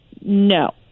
no